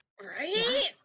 Right